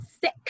sick